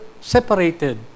separated